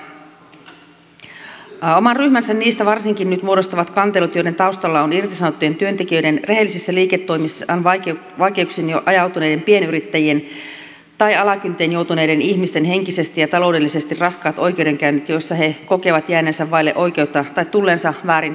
oman ryhmänsä niistä varsinkin nyt muodostavat kantelut joiden taustalla on irtisanottujen työntekijöiden rehellisissä liiketoimissaan vaikeuksiin ajautuneiden pienyrittäjien tai alakynteen joutuneiden ihmisten henkisesti ja taloudellisesti raskaat oikeudenkäynnit joissa he kokevat jääneensä vaille oikeutta tai tulleensa väärin kohdelluiksi